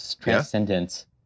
transcendence